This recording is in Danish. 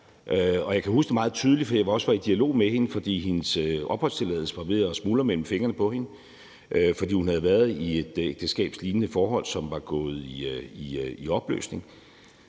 jeg kan huske det meget tydeligt, for jeg var også i dialog med hende, fordi hendes opholdstilladelse var ved at smuldre mellem fingrene på hende, fordi hun havde været i et ægteskabslignende forhold, som var gået i opløsning,